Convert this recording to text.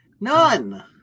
None